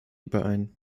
überein